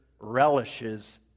relishes